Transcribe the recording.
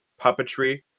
puppetry